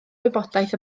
wybodaeth